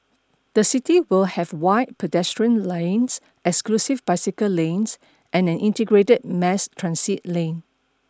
the city will have wide pedestrian lanes exclusive bicycle lanes and an integrated mass transit lane